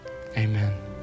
Amen